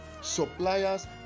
suppliers